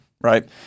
right